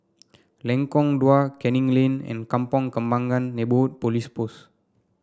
Lengkong Dua Canning Lane and Kampong Kembangan Neighbourhood Police Post